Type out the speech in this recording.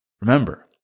remember